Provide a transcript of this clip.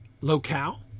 Locale